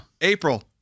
April